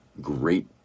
great